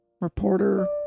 reporter